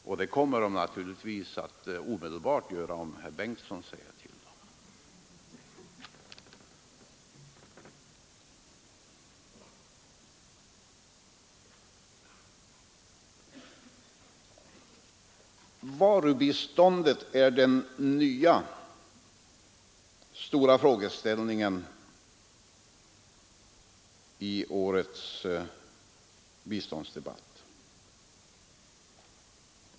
Och det kommer de naturligtvis att omedelbart göra, om herr Bengtson säger till. Varubiståndet är den nya stora frågeställningen i årets biståndsdebatt.